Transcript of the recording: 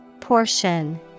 Portion